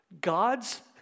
God's